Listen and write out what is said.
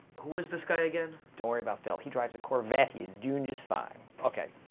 who is this guy again? don't worry about phil, he drives a corvette. he's doin' just fine. okay.